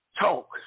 talk